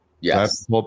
Yes